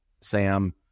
Sam